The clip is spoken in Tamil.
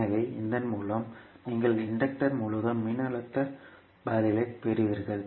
எனவே இதன் மூலம் நீங்கள் இன்டக்டர் முழுவதும் மின்னழுத்த பதிலைப் பெறுவீர்கள்